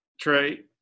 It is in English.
trey